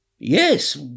Yes